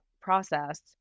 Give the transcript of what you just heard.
process